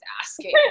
asking